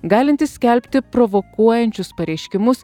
galinti skelbti provokuojančius pareiškimus